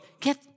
get